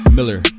Miller